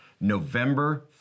November